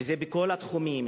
וזה בכל התחומים,